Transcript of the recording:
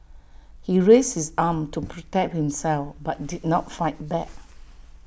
he raises his arm to protect himself but did not fight back